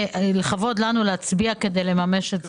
כבוד לנו להצביע כדי לממש את זה.